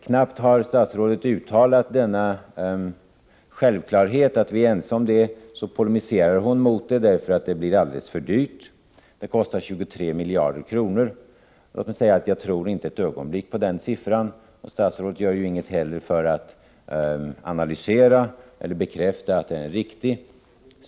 Knappt har statsrådet uttalat självklarheten att vi är ense i den här frågan så går hon i polemik och menar att det blir alldeles för dyrt. Det skulle kosta 23 miljarder kronor. Jag tror inte ett ögonblick på den siffran. Statsrådet gör heller ingen analys som skulle kunna visa att den är riktig.